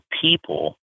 people